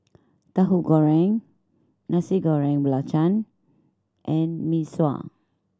Tahu Goreng Nasi Goreng Belacan and Mee Sua